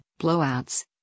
blowouts